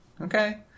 Okay